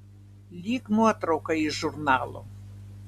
lyg nuotrauka iš žurnalo